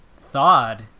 thawed